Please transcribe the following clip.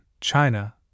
China